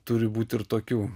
turi būt ir tokių